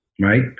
Right